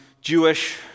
Jewish